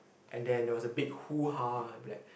and then there was a big hoo-haa will be like